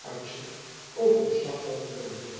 uitzicht over het slagveld beloofde